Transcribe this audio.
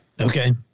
Okay